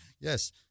Yes